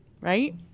right